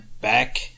back